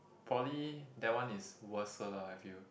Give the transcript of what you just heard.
poly that one is worser lah I feel